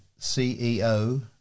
CEO